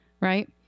Right